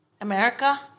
America